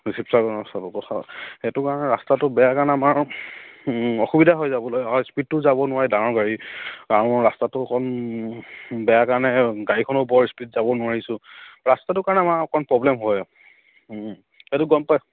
সেইটো কাৰণে ৰাস্তাটো বেয়া কাৰণে আমাৰ অসুবিধা হৈ যাবলৈ অ স্পীডটো যাব নোৱাৰি ডাঙৰ গাড়ী কাৰণ ৰাস্তাটো অকণ বেয়া কাৰণে গাড়ীখনো বৰ স্পীড যাব নোৱাৰিছোঁ ৰাস্তাটোৰ কাৰণে আমাৰ অকণ প্ৰব্লেম হয় সেইটো গম পায়